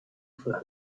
for